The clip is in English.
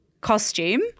costume